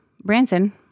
Branson